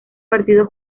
partido